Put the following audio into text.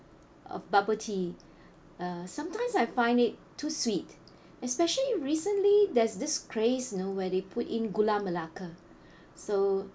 of bubble tea uh sometimes I find it too sweet especially recently there's this craze you know where they put in gula melaka so